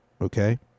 Okay